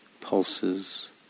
pulses